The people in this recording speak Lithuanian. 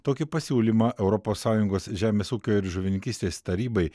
tokį pasiūlymą europos sąjungos žemės ūkio ir žuvininkystės tarybai